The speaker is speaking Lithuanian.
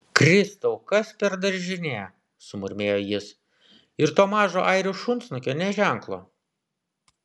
kristau kas per daržinė sumurmėjo jis ir to mažo airių šunsnukio nė ženklo